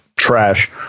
Trash